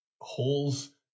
holes